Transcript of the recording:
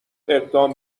اقدام